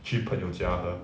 去朋友家喝